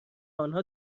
انها